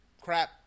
crap